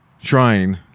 trying